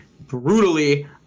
brutally